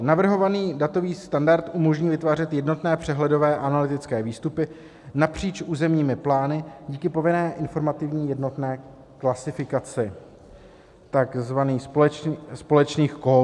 Navrhovaný datový standard umožní vytvářet jednotné přehledové analytické výstupy napříč územními plány díky povinné informativní jednotné klasifikaci, takzvaných společných kódů.